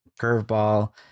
Curveball